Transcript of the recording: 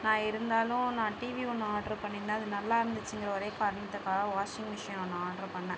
நான் இருந்தாலும் நான் டிவி ஒன்று ஆர்டர் பண்ணியிருந்தேன் அது நல்லா இருந்துச்சுங்கற ஒரே காரணத்துக்காக வாஷிங் மிஷின் ஒன்று ஆர்டர் பண்ணேன்